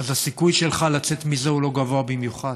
אז הסיכוי שלך לצאת מזה לא גבוה במיוחד.